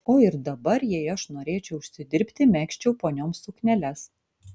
o ir dabar jei aš norėčiau užsidirbti megzčiau ponioms sukneles